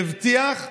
שהבטיח,